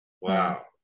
wow